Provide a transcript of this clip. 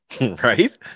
Right